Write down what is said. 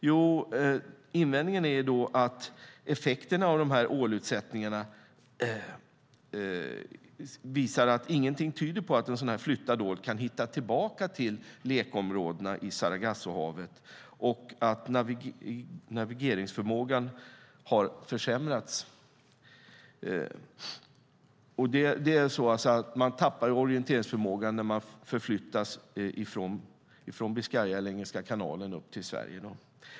Jo, invändningen är att ingenting tyder på att en flyttad ål kan hitta tillbaka till lekområdena i Sargassohavet. Navigeringsförmågan har försämrats. Ålarna tappar orienteringsförmågan när de flyttas från Biscaya eller Engelska kanalen upp till Sverige.